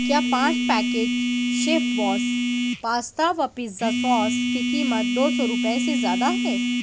کیا پانچ packet chef boss pasta و پیزا سوس کی قیمت دو سو روپے سے زیادہ ہے